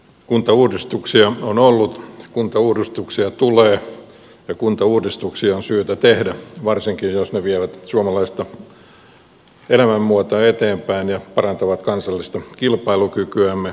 kuntauudistuksia on ollut kuntauudistuksia tulee ja kuntauudistuksia on syytä tehdä varsinkin jos ne vievät suomalaista elämänmuotoa eteenpäin ja parantavat kansallista kilpailukykyämme